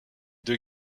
deux